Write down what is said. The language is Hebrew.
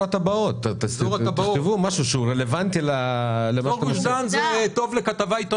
לצורך העניין עד מארס 2025. אנחנו היום נמצאים במצב איקס,